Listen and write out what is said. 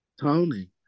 Tony